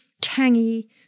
tangy